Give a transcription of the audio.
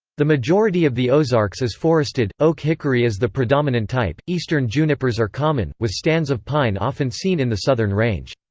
the majority of the ozarks is forested oak-hickory is the predominant type eastern junipers are common, with stands of pine often seen in the southern range.